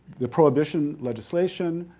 the prohibition legislation,